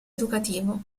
educativo